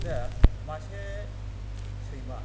दा मासे सैमा